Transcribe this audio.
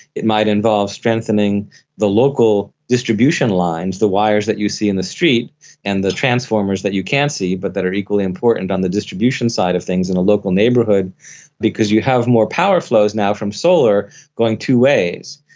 it might involve strengthening the local distribution lines, the wires that you see in the street and the transformers that you can't see but that are equally important on the distribution side of things in a local neighbourhood because you have more power flows now from solar going to ways.